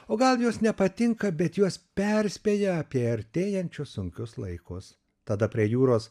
o gal jos nepatinka bet juos perspėja apie artėjančius sunkius laikus tada prie jūros